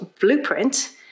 blueprint